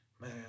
Man